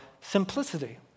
simplicity